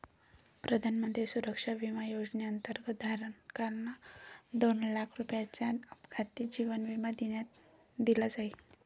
प्रधानमंत्री सुरक्षा विमा योजनेअंतर्गत, धारकाला दोन लाख रुपयांचा अपघाती जीवन विमा दिला जाईल